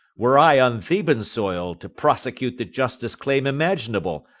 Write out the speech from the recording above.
were i on theban soil, to prosecute the justest claim imaginable,